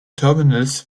terminals